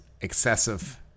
excessive